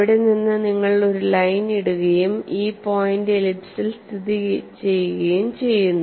അവിടെ നിന്ന് നിങ്ങൾ ഒരു ലൈൻ ഇടുകയും ഈ പോയിന്റ് എലിപ്സിൽ സ്ഥിതിചെയ്യുകയും ചെയ്യുന്നു